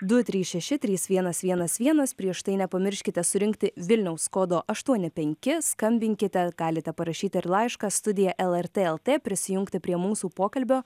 du trys šeši trys vienas vienas vienas prieš tai nepamirškite surinkti vilniaus kodo aštuoni penki skambinkite galite parašyti ir laišką studija lrt lt prisijungti prie mūsų pokalbio